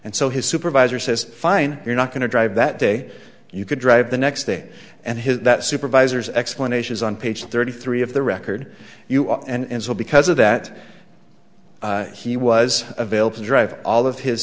and so his supervisor says fine you're not going to drive that day you could drive the next day and his that supervisors explanations on page thirty three of the record you are and so because of that he was available to drive all